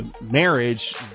marriage